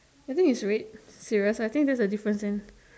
I think is red serious I think there is a difference